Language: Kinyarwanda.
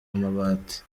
amabati